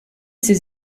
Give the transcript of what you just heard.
ses